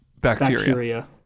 bacteria